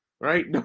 right